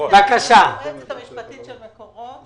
היועצת המשפטית של מקורות,